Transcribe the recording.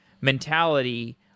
mentality